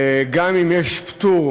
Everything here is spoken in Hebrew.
גם אם יש פטור,